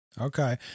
Okay